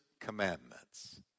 commandments